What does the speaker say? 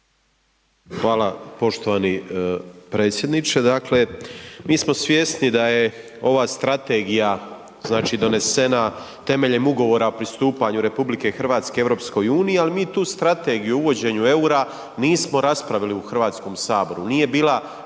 Hvala poštovani predsjedniče. Dakle, mi smo svjesni da je ova strategija, znači donesena temeljem Ugovora o pristupanju RH EU, al mi tu strategiju o uvođenju EUR-a nismo raspravili u HS, nije bila